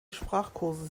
sprachkurse